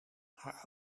haar